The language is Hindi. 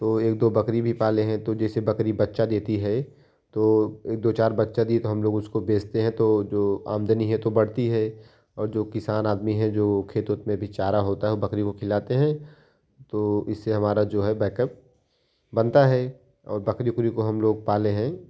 तो एक दो बकरी भी पाले हैं तो जैसे बकरी बच्चा देती है तो एक दो चार बच्चा दी तो हम लोग उसको बेचते हैं तो जो आमदनी है तो बढ़ती है और जो किसान आदमी है जो खेत वेत में भी चारा होता है बकरी को खिलाते हैं तो इससे हमारा जो है बैकअप बनता है और बकरी वकरी को हम लोग पाले हैं